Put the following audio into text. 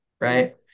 right